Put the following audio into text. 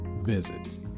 visits